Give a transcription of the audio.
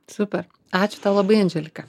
super ačiū tau labai andželika